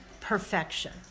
perfection